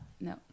No